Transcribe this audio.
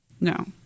no